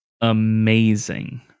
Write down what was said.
amazing